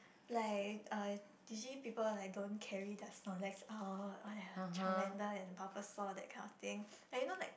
like uh usually people like don't carry their snorlax out or like charmander and bubblesaw that kind of thing like you know like